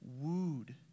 wooed